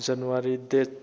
January date